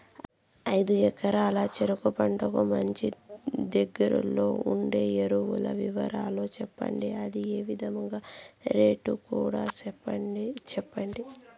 ఐదు ఎకరాల చెరుకు పంటకు మంచి, దగ్గర్లో ఉండే ఎరువుల వివరాలు చెప్పండి? అదే విధంగా రేట్లు కూడా చెప్పండి?